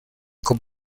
con